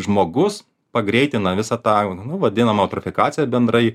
žmogus pagreitina visą tą nu vadinamą eutrofikaciją bendrai